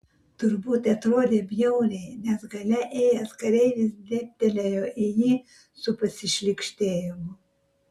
turbūt atrodė bjauriai nes gale ėjęs kareivis dėbtelėjo į jį su pasišlykštėjimu